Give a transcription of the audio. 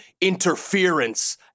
interference